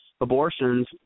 abortions